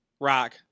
Rock